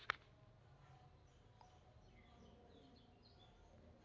ಪೋಷಕಾಂಶಗಳ ನಿರ್ವಹಣೆಯ ಮುಖ್ಯ ಉದ್ದೇಶಅಂದ್ರ ಮಣ್ಣಿನ ಪೋಷಕಾಂಶಗಳ ಒಳಹರಿವು ಬೆಳೆಗಳ ಅವಶ್ಯಕತೆಗೆ ತಕ್ಕಂಗ ಸಮತೋಲನ ಮಾಡೋದು